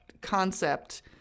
concept